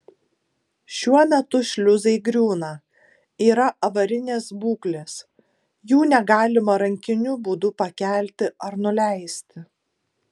šiuo metu šliuzai griūna yra avarinės būklės jų negalima rankiniu būdu pakelti ar nuleisti